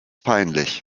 peinlich